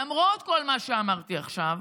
למרות כל מה שאמרתי עכשיו,